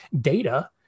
data